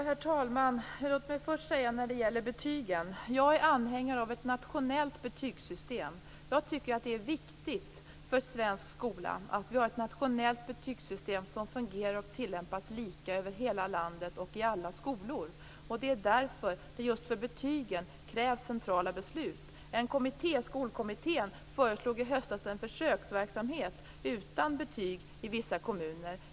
Herr talman! Låt mig först säga något när det gäller betygen. Jag är anhängare av ett nationellt betygssystem. Jag tycker att det är viktigt för svensk skola att vi har ett nationellt betygssystem som fungerar och tillämpas lika över hela landet och i alla skolor. Det är därför det just i fråga om betygen krävs centrala beslut. En kommitté - Skolkommittén - föreslog i höstas en försöksverksamhet utan betyg i vissa kommuner.